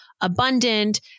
abundant